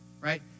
right